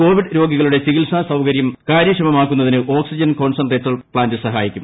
Covid രോഗികളുടെ ചികിത്സാ സൌകര്യം കാര്യക്ഷമമാക്കുന്നതിന് ഓക്സിജൻ കോൺസെന്റേറ്റർ പ്ലാന്റ സഹായിക്കും